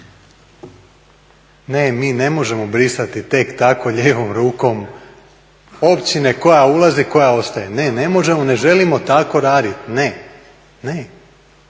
Ne, mi ne možemo brisati tek tako lijevom rukom općine koja ulazi, koja ostaje. Ne, ne možemo i ne želimo tako raditi, ne, ne.